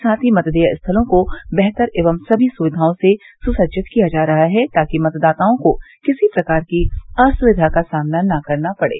साथ ही मतदेय स्थलों को बेहतर एवं सभी सुविघाओं से सुसज्जित किया जा रहा है ताकि मतदाताओं को किसी प्रकार की असुविधा का सामना न करना पड़े